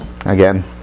Again